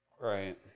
Right